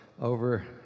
over